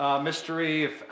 mystery